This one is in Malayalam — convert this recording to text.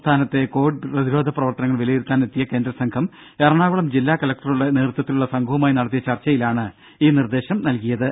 സംസ്ഥാനത്തെ കോവിഡ് പ്രതിരോധ പ്രവർത്തനങ്ങൾ വിലയിരുത്താൻ എത്തിയ കേന്ദ്രസംഘം എറണാകുളം ജില്ലാ കലക്ടറുടെ നേതൃത്വത്തിലുള്ള സംഘവുമായി നടത്തിയ ചർച്ചയിലാണ് നിർദ്ദേശം നൽകിയത്